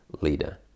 leader